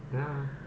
ya